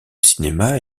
cinéma